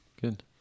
good